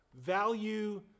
value